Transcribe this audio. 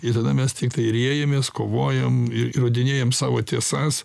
ir tada mes tiktai riejamės kovojam ir įrodinėjam savo tiesas